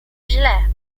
źle